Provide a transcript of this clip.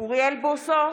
אוריאל בוסו,